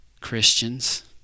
Christians